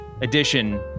edition